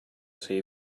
sei